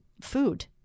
food